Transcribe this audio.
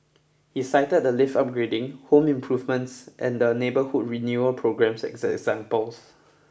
he cited the lift upgrading home improvements and the neighbourhood renewal programmes as examples